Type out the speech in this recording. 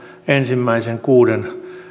ensimmäisen kuuden